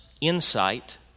insight